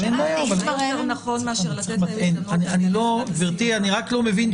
אם יתברר לנכון --- גברתי, אני רק לא מבין.